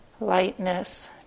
lightness